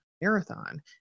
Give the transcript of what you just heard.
marathon